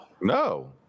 No